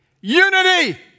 Unity